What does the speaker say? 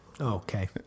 Okay